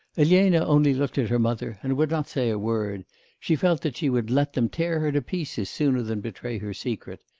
elena only looked at her mother, and would not say a word she felt that she would let them tear her to pieces sooner than betray her secret,